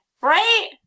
right